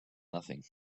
nothing